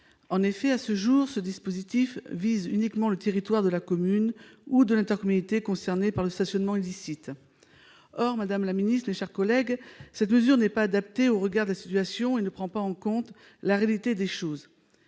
En effet, à ce jour, ce dispositif vise uniquement le territoire de la commune ou de l'intercommunalité concernée par le stationnement illicite. Or cette mesure n'est pas adaptée au regard de la situation et ne prend pas en compte la réalité du terrain.